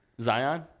Zion